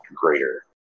greater